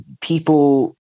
people